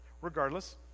regardless